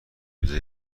روزه